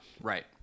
right